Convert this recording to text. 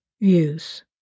views